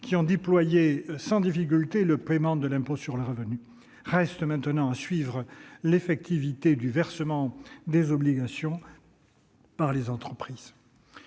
qui ont déployé sans difficulté le paiement de l'impôt sur le revenu. Reste maintenant à suivre l'effectivité du respect, par les entreprises,